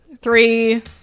Three